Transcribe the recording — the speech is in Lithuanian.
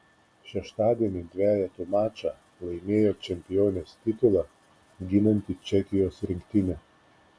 šeštadienį dvejetų mačą laimėjo čempionės titulą ginanti čekijos rinktinė